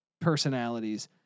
personalities